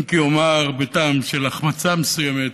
אם כי אומר, בטעם של החמצה מסוימת,